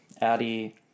Addie